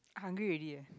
hungry already eh